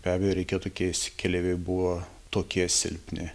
be abejo reikėtų keisti keleiviai buvo tokie silpni